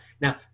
Now